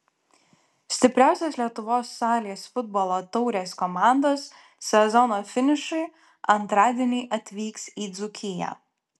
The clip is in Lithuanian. stipriausios lietuvos salės futbolo taurės komandos sezono finišui antradienį atvyks į dzūkiją